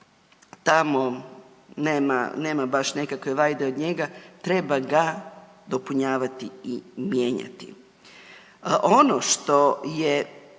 tamo nema baš nekakve vajde od njega, treba ga dopunjavati i mijenjati.